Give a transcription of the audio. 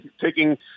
taking